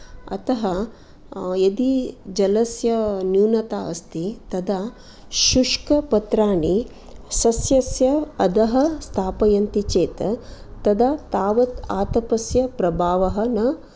अतः यदि जलस्य न्यूनता अस्ति तदा शुष्कपत्राणि सस्यस्य अधः स्थापयन्ति चेत् तदा तावत् आतपस्य प्रभावः न